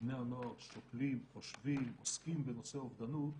מבני הנוער שוקלים, חושבים, עוסקים בנושא אובדנות.